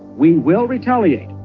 we will retaliate.